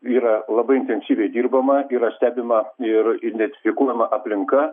yra labai intensyviai dirbama yra stebima ir identifikuojama aplinka